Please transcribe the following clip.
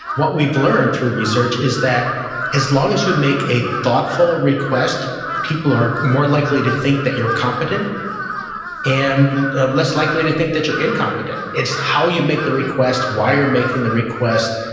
what we've learned through research is that as long as you make a thoughtful request, people are more likely to think that you're competent and ah less likely to think that you're incompetent. it's how you make the request, why you're making the request,